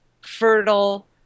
fertile